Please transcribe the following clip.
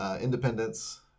independence